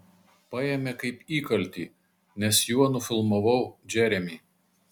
paėmė kaip įkaltį nes juo nufilmavau džeremį